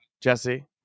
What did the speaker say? Jesse